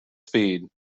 speed